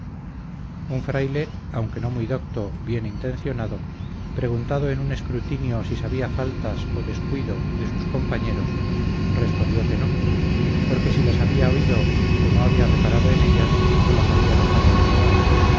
un fraile aunque no muy docto bien intencionado preguntando en un escrutinio si sabía faltas o descuido de sus compañeros respondió que no porque si las había oído o no había reparado en ellas o las había dejado olvidar